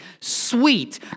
Sweet